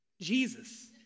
Jesus